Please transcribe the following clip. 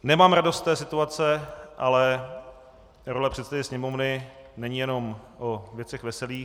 Nemám radost z té situaci, ale role předsedy Sněmovny není jenom o věcech veselých.